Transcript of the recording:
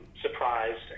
surprised